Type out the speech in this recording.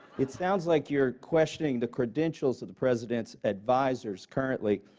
it sounds like you're questioning the credentials of the president's advisers currently.